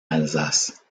alsace